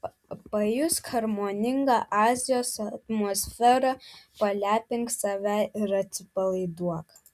pajusk harmoningą azijos atmosferą palepink save ir atsipalaiduok